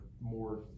more